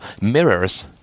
mirrors